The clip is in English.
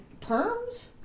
perms